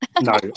No